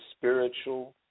spiritual